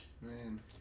Man